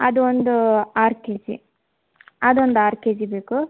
ಅದು ಒಂದು ಆರು ಕೆ ಜಿ ಅದು ಒಂದು ಆರು ಕೆ ಜಿ ಬೇಕು